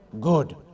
good